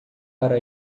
para